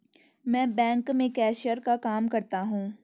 मैं बैंक में कैशियर का काम करता हूं